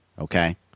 Okay